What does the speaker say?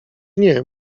nie